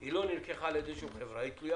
והיא לא נלקחה על ידי שום חברה היא תלויה